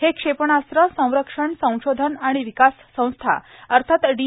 हे क्षेपणास्त्र संरक्षण संशोधन आणि विकास संस्था अर्थात डी